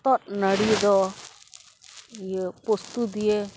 ᱦᱚᱛᱚᱫ ᱱᱟᱹᱲᱤ ᱫᱚ ᱤᱭᱟᱹ ᱯᱚᱥᱛᱩ ᱫᱤᱭᱮ